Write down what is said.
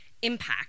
Impact